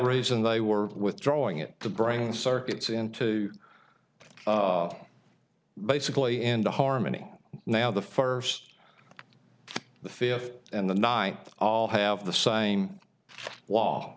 reason they were withdrawing it to bring circuits into basically into harmony now the first the fifth and the ninth all have the same law